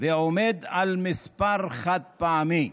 ועומד על מספר חד-ספרתי,